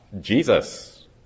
Jesus